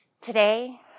today